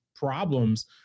problems